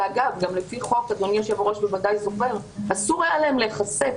ואגב על פי החוק אסור היה להם להיחשף,